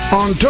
on